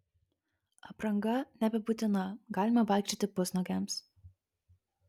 apranga nebebūtina galima vaikščioti pusnuogiams